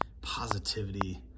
positivity